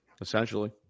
Essentially